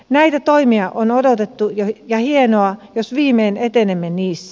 näitä toimia on odotettu ja hienoa jos viimein etenemme niissä